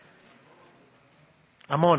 המון.